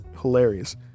hilarious